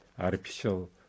artificial